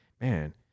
man